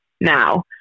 now